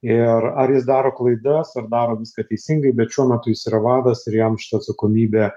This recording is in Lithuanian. ir ar jis daro klaidas ar daro viską teisingai bet šiuo metu jis yra vadas ir jam šitą atsakomybę